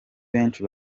benshi